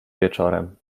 wieczorem